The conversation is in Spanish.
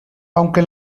aunque